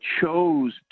chose